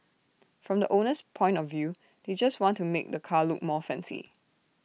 from the owner's point of view they just want to make the car look more fancy